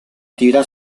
attività